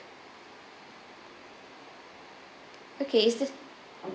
okay